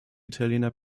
italiener